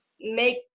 make